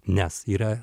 nes yra